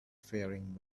faring